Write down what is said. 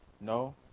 No